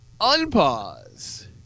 unpause